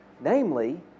Namely